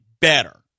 better